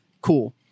cool